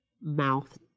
mouth